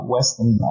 Western